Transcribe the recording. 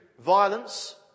violence